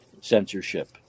censorship